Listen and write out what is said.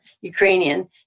Ukrainian